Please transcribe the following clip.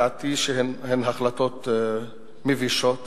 שהן לדעתי החלטות מבישות,